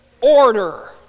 order